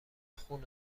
خون